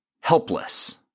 helpless